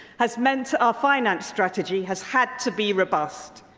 has meant our finance strategy has had to be robust.